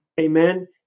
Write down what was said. Amen